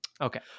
Okay